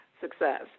success